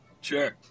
Sure